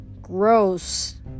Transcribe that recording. Gross